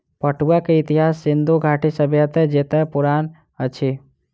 पटुआ के इतिहास सिंधु घाटी सभ्यता जेतै पुरान अछि